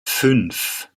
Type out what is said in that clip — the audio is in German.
fünf